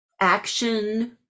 action